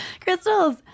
Crystals